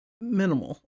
minimal